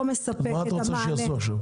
זה לא מספק את המענה --- מה את רוצה שיעשו עכשיו?